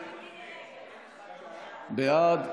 בעד.